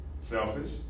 Selfish